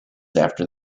after